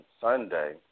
Sunday